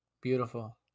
Beautiful